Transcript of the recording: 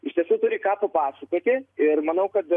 iš tiesų turi ką papasakoti ir manau kad